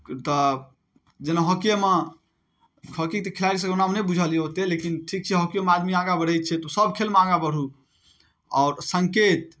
तऽ जेना हॉकीयेमे हॉकीके तऽ खेलाड़ी सबके नाम नहि बुझल यऽ ओते लेकिन ठीक छै हॉकीयोमे आदमी आगाँ बढ़ै छै तऽ सब खेलमे आगाँ बढ़ू आओर सङ्केत